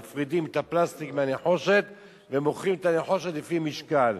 מפרידים את הפלסטיק מהנחושת ומוכרים את הנחושת לפי משקל.